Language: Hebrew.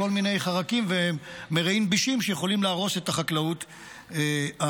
כל מיני חרקים ומרעין בישין שיכולים להרוס את החקלאות הישראלית.